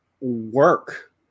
work